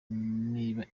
niba